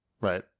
Right